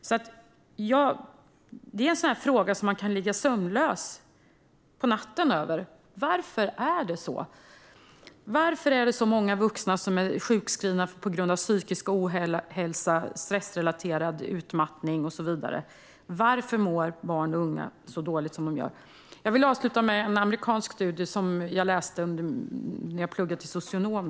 Detta är en fråga som man kan ligga sömnlös på natten över. Varför är det så? Varför är det så många vuxna som är sjukskrivna på grund av psykisk ohälsa, stressrelaterad utmattning och så vidare? Varför mår barn och unga så dåligt som de gör? Jag vill avsluta med en amerikansk studie som jag läste när jag pluggade till socionom.